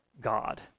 God